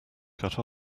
cut